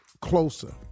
closer